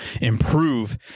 improve